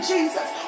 Jesus